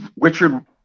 Richard